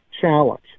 challenge